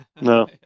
No